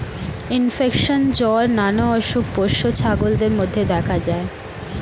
infection, জ্বর নানা অসুখ পোষ্য ছাগলদের মধ্যে দেখা যায়